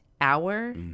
hour